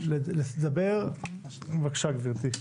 בבקשה גברתי.